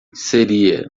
seria